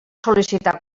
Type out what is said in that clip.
sol·licitar